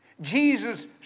Jesus